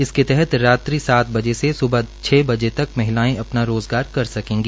इसके तहत रात्रि सात बजे से सुबह छ बजे तक महिलांए अपना रोज़गार कर सकेगी